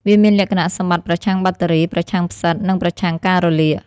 វាមានលក្ខណៈសម្បត្តិប្រឆាំងបាក់តេរី ប្រឆាំងផ្សិត និងប្រឆាំងការរលាក។